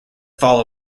fall